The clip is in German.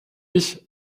ich